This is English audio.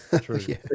True